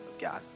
God